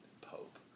pope